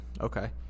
Okay